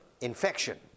infection